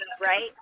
right